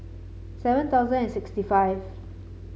seven thousand and sixty five